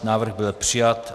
Návrh byl přijat.